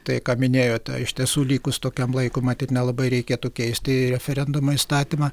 tai ką minėjote iš tiesų likus tokiam laiko matyt nelabai reikėtų keisti referendumo įstatymą